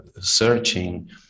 searching